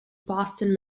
boston